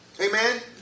Amen